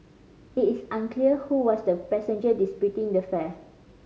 it is unclear who was the passenger disputing the fare